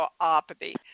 osteopathy